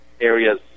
areas